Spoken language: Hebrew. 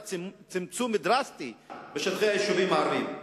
צמצום דרסטי בשטחי היישובים הערביים.